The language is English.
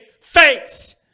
face